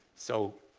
so,